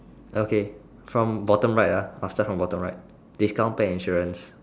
okay from bottom right ah I start from bottom right discount pet insurance